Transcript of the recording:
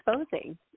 exposing